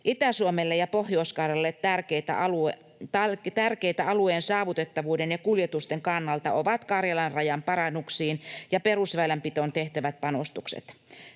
Itä-Suomelle ja Pohjois-Karjalalle tärkeitä alueen saavutettavuuden ja kuljetusten kannalta ovat Karjalan radan parannuksiin ja perusväylänpitoon tehtävät panostukset.